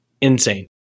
insane